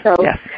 yes